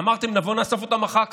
אמרתם: נבוא נאסוף אותם אחר כך.